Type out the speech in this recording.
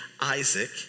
Isaac